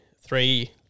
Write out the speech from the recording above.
three